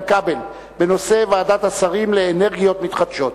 כבל בנושא: ועדת השרים לאנרגיות מתחדשות.